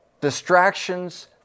Distractions